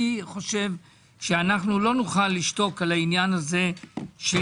אני חושב שאנחנו לא נוכל לשתוק על העניין הזה של